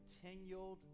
continued